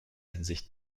hinsicht